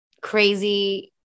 crazy